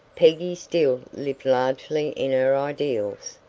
peggy still lived largely in her ideals.